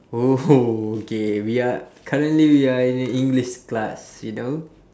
oh okay we are currently we are in a english class you know